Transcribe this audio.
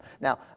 Now